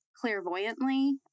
clairvoyantly